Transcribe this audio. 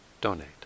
donate